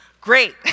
great